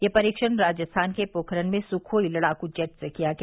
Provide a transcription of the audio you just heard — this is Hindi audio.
यह परीक्षण राजस्थान के पोखरण में सुखोई लड़ाकू जेट से किया गया